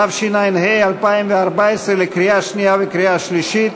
התשע"ה 2014, לקריאה שנייה ולקריאה שלישית.